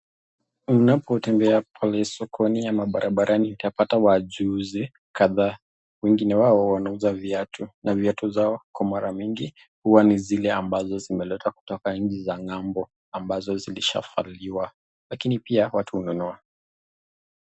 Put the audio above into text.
Unapotembea pale sokoni ama barabarani, utapata wajuuzi kadhaa wangine wao wanauza viatu na viatu zao kwa mara mingi, huwa ni zile zimeletwa kutoka nchi za ng'ambo ambapo zilishavaliwa lakini pia watu hununua.